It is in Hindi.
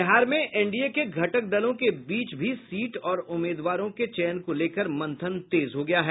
बिहार में एनडीए के घटक दलों के बीच भी सीट और उम्मीदवारों के चयन को लेकर मंथन तेज हो गया है